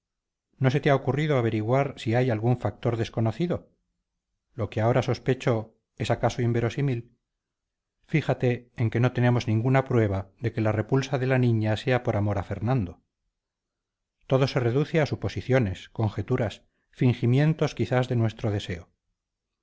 no se te ha ocurrido averiguar si hay algún factor desconocido lo que ahora sospecho es acaso inverosímil fíjate en que no tenemos ninguna prueba de que la repulsa de la niña sea por amor a fernando todo se reduce a suposiciones conjeturas fingimientos quizás de nuestro deseo